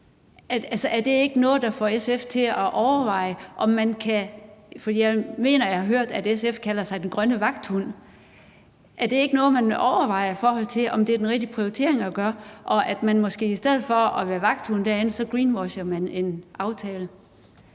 Er det ikke noget, der får SF til at overveje det? For jeg mener at have hørt, at SF kalder sig den grønne vagthund. Er det ikke noget, man overvejer, i forhold til om det er den rigtige prioritering at vælge, og at man måske i stedet for at være vagthunden derinde greenwasher en aftale?